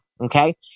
okay